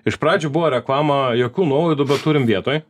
iš pradžių buvo reklama jokių nuolaidų bet turim vietoj